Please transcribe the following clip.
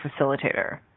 facilitator